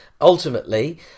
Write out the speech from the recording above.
Ultimately